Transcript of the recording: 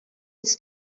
it’s